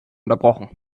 unterbrochen